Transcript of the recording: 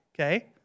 okay